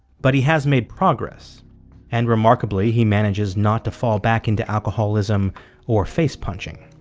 but he has made progress and remarkably he manages not to fall back into alcoholism or face-punching